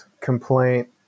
complaint